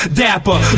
dapper